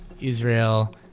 Israel